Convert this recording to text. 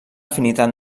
afinitat